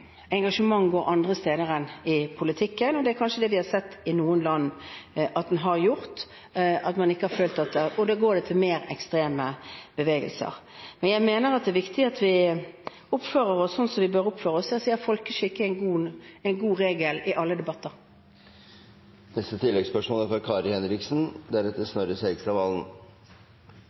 går andre steder enn til politikken, og det er kanskje det vi har sett at den har gjort i noen land, at det da går til mer ekstreme bevegelser. Jeg mener det er viktig at vi oppfører oss slik vi bør oppføre oss – å ha folkeskikk er en god regel i alle debatter. Kari Henriksen – til oppfølgingsspørsmål. Nasjonal beredskap er